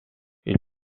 ils